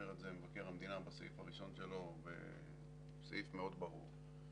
אומר את זה מבקר המדינה בסעיף הראשון שלו בסעיף מאוד ברור,